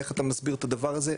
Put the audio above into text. איך אתה מסביר את הדבר הזה?